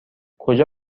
کجا